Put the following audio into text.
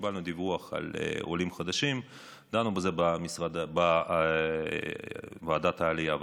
קיבלנו דיווח על עולים חדשים ודנו בזה בוועדת העלייה והקליטה.